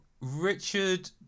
richard